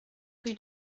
rue